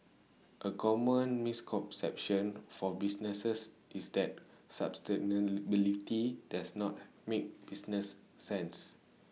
A common misconception for businesses is that sustainability does not make business sense